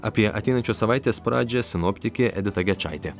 apie ateinančios savaitės pradžią sinoptikė edita gečaitė